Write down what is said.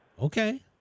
Okay